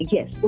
Yes